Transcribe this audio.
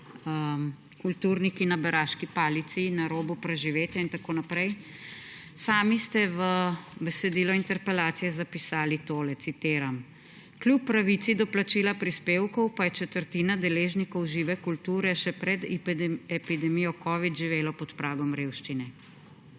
kulturniki na beraški palici, na robu preživetja in tako naprej. Sami ste v besedilu interpelacije zapisali tole, citiram: »Kljub pravici do plačila prispevkov pa je četrtina deležnikov žive kulture še pred epidemijo covid živela pod pragom revščine.«